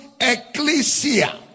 ecclesia